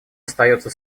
остается